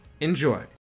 Enjoy